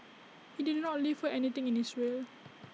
he did not leave her anything in his will